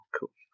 Cool